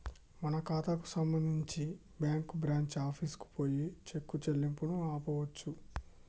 మన ఖాతాకు సంబంధించి బ్యాంకు బ్రాంచి ఆఫీసుకు పోయి చెక్ చెల్లింపును ఆపవచ్చు